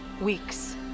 weeks